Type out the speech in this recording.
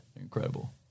incredible